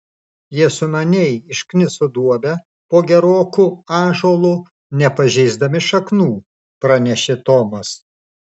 jie sumaniai iškniso duobę po geroku ąžuolu nepažeisdami šaknų pranešė tomas